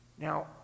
Now